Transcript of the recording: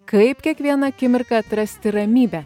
kaip kiekvieną akimirką atrasti ramybę